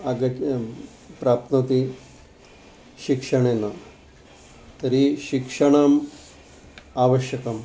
आगतं प्राप्नोति शिक्षणेन तर्हि शिक्षणम् आवश्यकम्